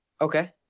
Okay